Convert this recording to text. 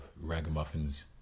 ragamuffins